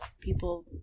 people